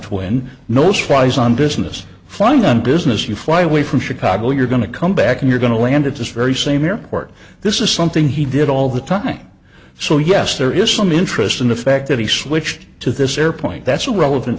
twin knows flies on business flying on business you fly way from chicago you're going to come back and you're going to land at this very same airport this is something he did all the time so yes there is some interest in the fact that he switched to this air point that's a relevant